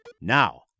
Now